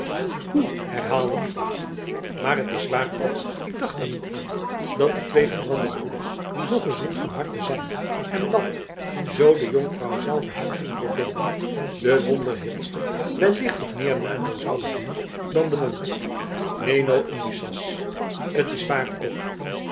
hoe herhaalde de abt maar t is waar ook ik dacht er niet aan dat de twee gebrande broeders nog gezond van harte zijn en dat zoo de jonkvrouw zelve hen ging verbinden de wondheelster wellicht nog meer nadeel zoude doen dan de wond ne nos inducas t is waar ook